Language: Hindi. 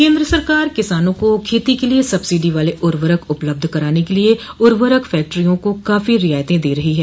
केन्द्र सरकार किसानों को खेती के लिए सब्सिडी वाले उर्वरक उपलब्ध कराने के लिए उर्वरक फैक्टरियों को काफी रियायतें दे रही है